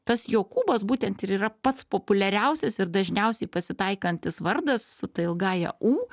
tas jokūbas būtent ir yra pats populiariausias ir dažniausiai pasitaikantis vardas su ta ilgaja u